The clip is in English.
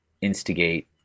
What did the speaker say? instigate